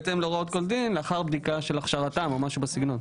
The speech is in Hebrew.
בהתאם להוראות כל דין לאחר בדיקה של הכשרתם' או משהו בסגנון.